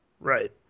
Right